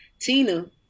Tina